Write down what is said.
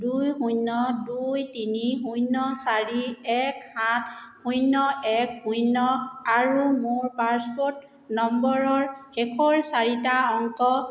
দুই শূন্য দুই তিনি শূন্য চাৰি এক সাত শূন্য এক শূন্য আৰু মোৰ পাছপোৰ্ট নম্বৰৰ শেষৰ চাৰিটা অংক